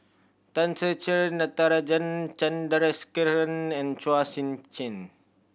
Tan Ser Cher Natarajan Chandrasekaran and Chua Sian Chin